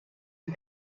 dem